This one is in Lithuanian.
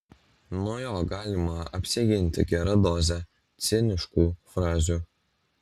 nuo jo galima apsiginti gera doze ciniškų frazių